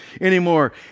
anymore